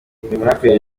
muraperi